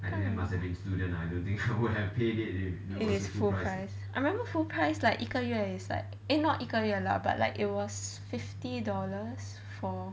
it is full price I remember full price like 一个月 is like eh not 一个月 lah but like it was fifty dollars for